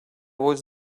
was